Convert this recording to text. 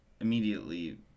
immediately